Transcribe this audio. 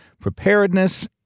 preparedness